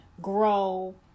grow